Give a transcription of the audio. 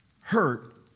hurt